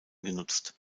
genutzt